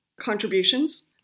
contributions